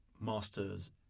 masters